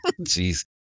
Jeez